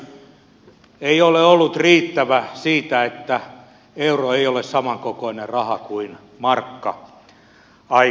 kenties ymmärrys ei ole ollut riittävä siitä että euro ei ole samankokoinen raha kuin markka aikoinaan oli